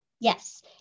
Yes